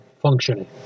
functioning